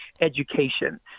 education